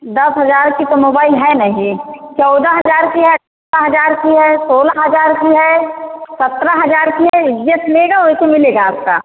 दस हज़ार का तो मोबाइल है नहीं चौदह हज़ार का है पन्द्रह हज़ार का है सोलह हज़ार का है सतरह हज़ार का है जैसा लेगा वैसे मिलेगा आपको